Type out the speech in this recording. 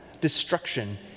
destruction